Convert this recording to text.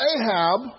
Ahab